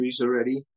already